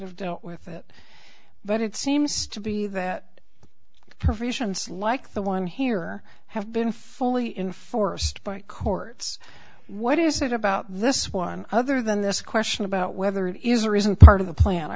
have dealt with it but it seems to be that proficiency like the one here have been fully enforced by courts what is it about this one other than this question about whether it is or isn't part of the plan i